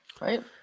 right